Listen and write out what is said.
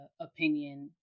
opinion